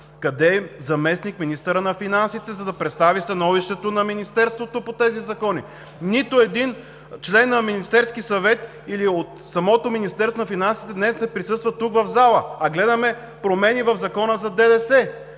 Къде е заместник-министърът на финансите, за да представи Становището на Министерството по тези закони? Нито един член на Министерския съвет или от самото Министерство на финансите днес не присъства тук, в залата, а гледаме промени в Закона за ДДС.